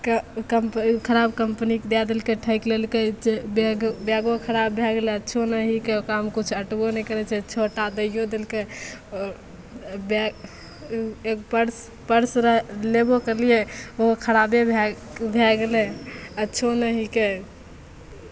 कै कम्पनी खराब कम्पनीके दै देलकै ठकि लेलकै से बैग बैगो खराब भै गेलै अच्छो नहि हिकै ओकरामे किछु अँटबो नहि करै छै छोटा दैओ देलकै आओर बैग ओ एक पर्स पर्स रहै लेबो करलिए ओहो खराबे भै भै गेलै अच्छो नहि हिकै